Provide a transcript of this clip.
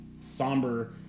somber